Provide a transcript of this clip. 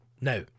Now